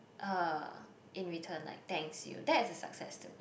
uh in return like thanks you that is a success to me